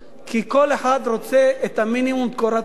כי כל אחד רוצה את המינימום: קורת גג.